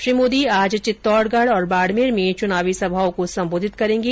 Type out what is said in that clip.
श्री मोदी आज चित्तौड़गढ़ तथा बाड़मेर में चुनावी सभाओं को संबोधित करेगें